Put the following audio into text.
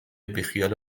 بیخیال